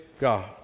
God